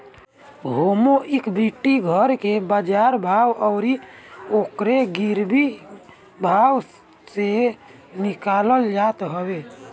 होमे equity घर के बाजार भाव अउरी ओके गिरवी भाव से निकालल जात हवे